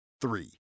Three